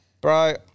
Bro